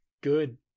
good